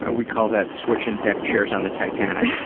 and we call that switching deck chairs on the titanic.